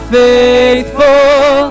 faithful